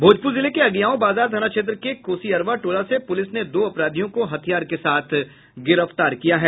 भोजपुर जिले के अगियांव बाजार थाना क्षेत्र के कोसीअरवा टोला से पुलिस ने दो अपराधियों को हथियार के साथ गिरफ्तार किया है